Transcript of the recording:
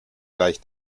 gleich